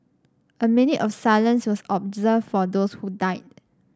a minute of silence was observed for those who died